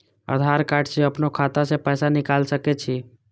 आधार कार्ड से अपनो खाता से पैसा निकाल सके छी?